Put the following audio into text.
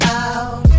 out